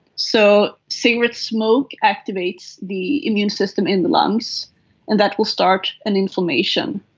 so cigarette smoke activates the immune system in the lungs and that will start an inflammation.